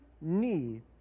knee